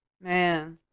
Man